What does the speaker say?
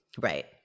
right